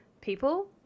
people